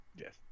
yes